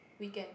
weekend